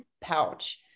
pouch